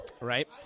Right